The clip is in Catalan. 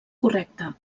correcte